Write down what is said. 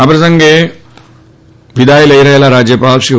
આ પ્રસંગે વિદાય લઈ રહેલાં રાજ્યપાલશ્રી ઓ